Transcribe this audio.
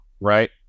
right